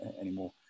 anymore